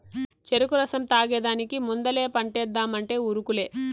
చెరుకు రసం తాగేదానికి ముందలే పంటేద్దామంటే ఉరుకులే